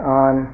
on